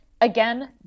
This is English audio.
Again